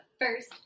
first